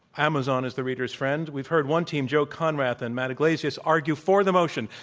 amazon is the reader's friend. we've heard one team, joe konrath and matt yglesias, argue for the motion.